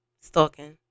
Stalking